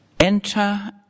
Enter